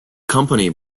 company